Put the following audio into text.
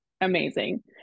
amazing